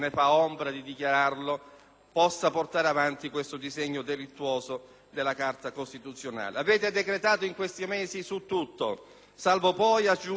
a portare avanti questo disegno delittuoso della Carta costituzionale. Avete decretato in questi mesi su tutto, salvo poi aggiungere ai decreti-legge la fiducia;